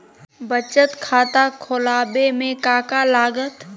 बचत खाता खुला बे में का का लागत?